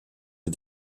est